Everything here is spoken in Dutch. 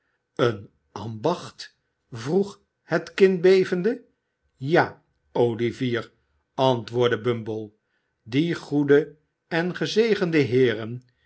een ambacht vroeg het kind bevende ja olivier antwoordde bumble die goede en gezegende heeren